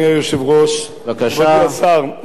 כבוד השר, אני רק רוצה לומר שזו היתה,